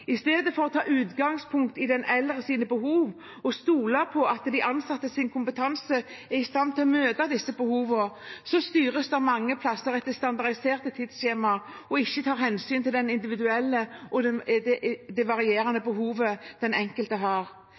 I stedet for å ta utgangspunkt i de eldres behov og stole på at de ansattes kompetanse er i stand til å møte disse behovene, styres det mange plasser etter standardiserte tidsskjemaer, og det tas ikke hensyn til de individuelle og varierende behov den enkelte har.